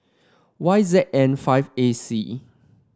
Y Z N five A C